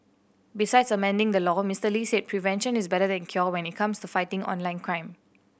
besides amending the law Mister Lee said prevention is better than cure when it comes to fighting online crime